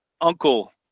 uncle